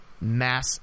mass